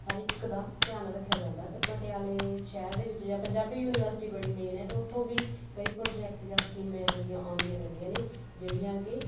ਹਰ ਇੱਕ ਦਾ ਧਿਆਨ ਰੱਖਿਆ ਜਾਂਦਾ ਅਤੇ ਪਟਿਆਲੇ ਸ਼ਹਿਰ ਦੇ ਵਿੱਚ ਜਾਂ ਪੰਜਾਬੀ ਯੂਨੀਵਰਸਿਟੀ ਬੜੀ ਮੇਨ ਹੈ ਤਾਂ ਉੱਥੋਂ ਵੀ ਕਈ ਪ੍ਰੋਜੈਕਟ ਜਾਂ ਸਕੀਮਾਂ ਐਵੇਂ ਦੀਆਂ ਆਉਂਦੀਆਂ ਰਹਿੰਦੀਆਂ ਨੇ ਜਿਹੜੀਆਂ ਕਿ